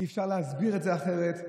אי-אפשר להסביר את זה אחרת.